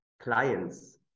clients